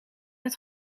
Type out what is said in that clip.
het